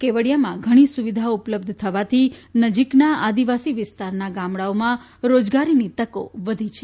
કેવડીયામાં ઘણી સુવિધાઓ ઉપલબ્ધ થવાથી નજીકના આદિવાસી વિસ્તારના ગામડાઓમાં રોજગારીની તકો વધી છે